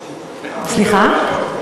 סליחה?